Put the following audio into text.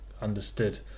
understood